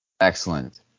Excellent